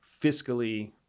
fiscally